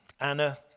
Anna